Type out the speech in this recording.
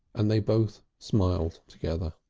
and they both smiled together.